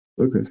Okay